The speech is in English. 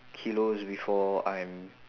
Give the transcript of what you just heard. kilos before I'm